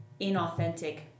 inauthentic